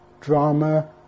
drama